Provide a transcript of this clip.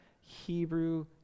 Hebrew